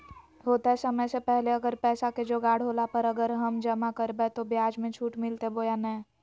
होतय समय से पहले अगर पैसा के जोगाड़ होला पर, अगर हम जमा करबय तो, ब्याज मे छुट मिलते बोया नय?